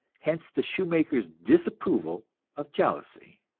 hence the shoemaker's disapproval of jealousy.